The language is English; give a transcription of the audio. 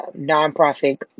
nonprofit